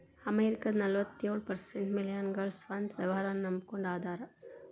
ಅಮೆರಿಕದ ನಲವತ್ಯೊಳ ಪರ್ಸೆಂಟ್ ಮಿಲೇನಿಯಲ್ಗಳ ಸ್ವಂತ ವ್ಯವಹಾರನ್ನ ನಂಬಕೊಂಡ ಅದಾರ